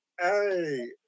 Hey